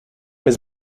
has